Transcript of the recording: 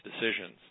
decisions